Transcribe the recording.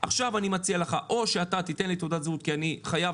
עכשיו אני מציע לך או שאתה תיתן לי תעודת זהות כי אני חייב